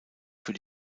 für